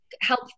help